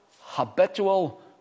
habitual